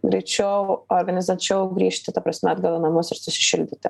greičiau organizuočiau grįžti ta prasme atgal į namus ir susišildyti